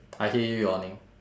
I hear you yawning